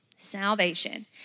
Salvation